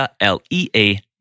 L-E-A